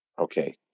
Okay